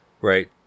right